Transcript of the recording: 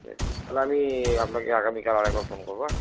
ঠিক আছে তাহলে আমি আপনাকে আগামীকাল আর একবার ফোন করবো হ্যাঁ